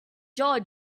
jaw